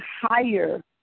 higher